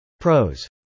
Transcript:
PROS